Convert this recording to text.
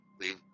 leave